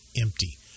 empty